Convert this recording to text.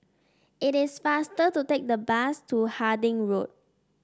it is faster to take the bus to Harding Road